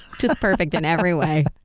just perfect in every way.